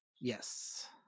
yes